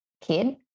kid